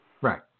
right